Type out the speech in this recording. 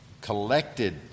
collected